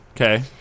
Okay